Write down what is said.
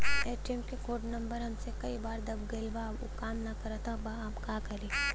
ATM क code number हमसे कई बार दब गईल बा अब उ काम ना करत बा हम का करी?